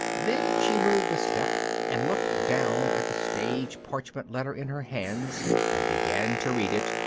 then she moved a step and looked down at the stage-parchment letter in her hands and began to read it,